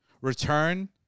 return